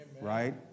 right